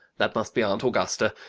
that must be aunt augusta.